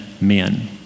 men